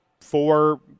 four